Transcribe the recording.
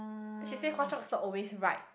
then she say Hua-Chongs not always right